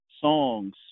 songs